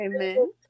amen